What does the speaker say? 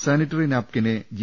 sanitary നാപ്കിനെ G